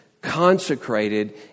consecrated